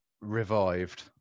revived